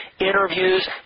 interviews